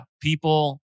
people